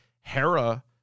Hera